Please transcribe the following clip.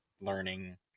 learning